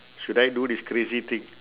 should I do this crazy thing